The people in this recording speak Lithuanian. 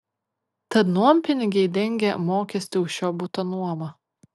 tad nuompinigiai dengia mokestį už šio buto nuomą